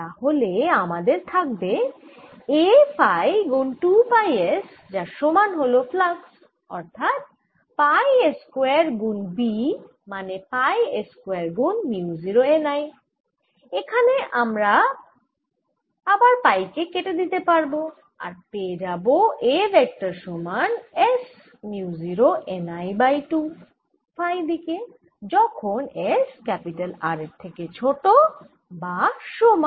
তাহলে আমাদের থাকবে A ফাই গুন 2 পাই s যার সমান হল ফ্লাক্স অর্থাৎ পাই s স্কয়ার গুন B মানে পাই s স্কয়ার গুন মিউ 0 n I এখানে আবার আমরা পাই কে কেটে দিতে পারব আর পেয়ে যাবো A ভেক্টর সমান s mu 0 n I by 2 phi দিকে যখন s R এর থেকে ছোট বা সমান